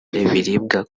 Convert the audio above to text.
ibiribwa